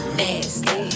nasty